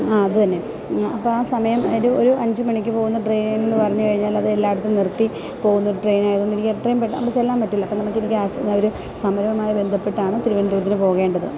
ആ അതുതന്നെ അപ്പോള് ആ സമയം ഒരു അഞ്ച് മണിക്ക് പോകുന്ന ട്രെയിനെന്ന് പറഞ്ഞുകഴിഞ്ഞാൽ അത് എല്ലായിടത്തും നിർത്തി പോകുന്ന ട്രെയിനായതുകൊണ്ട് എനിക്ക് എത്രയും പെട്ടെന്ന് അവിടെ ചെല്ലാൻ പറ്റില്ല അപ്പോള് നമുക്ക് എനിക്ക് ഒരു സമരവുമായി ബന്ധപ്പെട്ടാണ് തിരുവനന്തപുരത്തിന് പോകേണ്ടത്